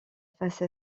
face